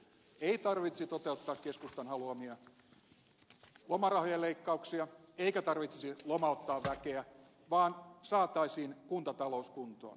ei tarvitsisi toteuttaa keskustan haluamia lomarahojen leikkauksia eikä tarvitsisi lomauttaa väkeä vaan saataisiin kuntatalous kuntoon